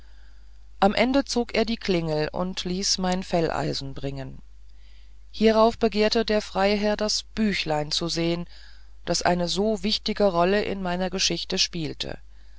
am ende zog er die klingel und ließ mein felleisen bringen hierauf begehrte der freiherr das büchlein zu sehen das eine so wichtige rolle in meiner geschichte gespielt